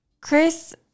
Chris